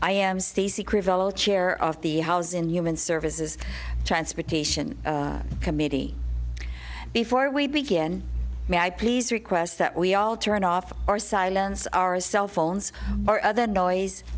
i am seasick revolt chair of the house and human services transportation committee before we begin may i please request that we all turn off our silence our cell phones our other noise